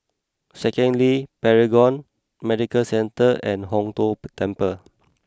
Second Link Paragon Medical Centre and Hong Tho Temple